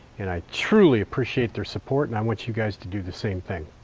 and i truly appreciate their support and i want you guys to do the same thing.